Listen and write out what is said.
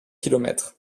kilomètres